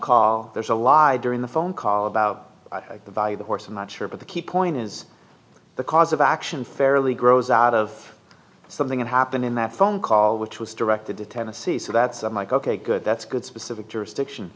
call there's a law during the phone call about the value the horse i'm not sure but the key point is the cause of action fairly grows out of something that happened in that phone call which was directed to tennessee so that's i'm like ok good that's good specific jurisdiction